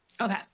Okay